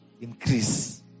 increase